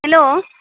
hello